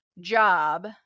job